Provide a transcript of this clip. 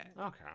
Okay